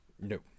No